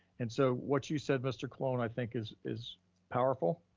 and so what you said, mr. colon, i think is is powerful.